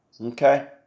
Okay